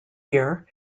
here